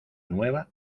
nueva